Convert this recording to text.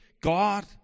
God